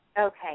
Okay